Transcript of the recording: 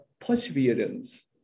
perseverance